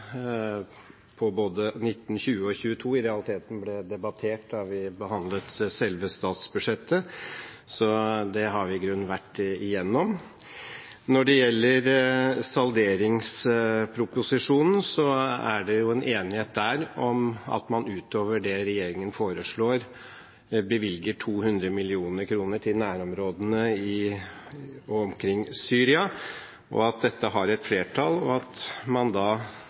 på både 19, 20 og 22 i realiteten ble debattert da vi behandlet selve statsbudsjettet. Så det har vi i grunnen vært igjennom. Når det gjelder salderingsproposisjonen, er det enighet om at man ut over det regjeringen foreslår, bevilger 200 mill. kr til nærområdene i og omkring Syria, at dette har et flertall, og at man da